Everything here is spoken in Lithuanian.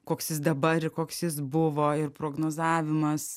koks jis dabar ir koks jis buvo ir prognozavimas